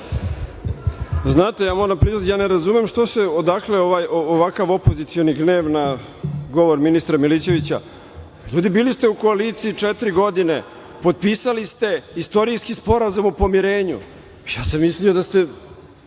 Znate, ja ne razumem odakle ovakav opozicioni gnev na govori ministra Milićevića. LJudi bili ste u koaliciji četiri godine, potpisali ste istorijski sporazum o pomirenju. Ja sam mislio da vi